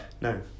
No